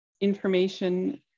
information